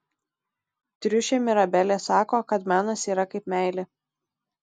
triušė mirabelė sako kad menas yra kaip meilė